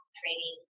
training